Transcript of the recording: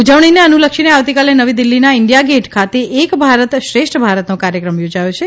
ઉજવણીને અનુલક્ષીને આવતીકાલે નવી દિલ્ફીના ઇન્ડીયા ગેટ ખાતે એક ભારત શ્રેષ્ટ ભારતનો કાર્યક્રમ યોજાયો છે